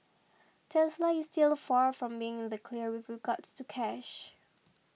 Tesla is still far from being in the clear with regards to cash